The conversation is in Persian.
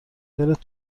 دلت